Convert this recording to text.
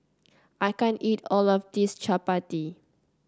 I can't eat all of this Chapati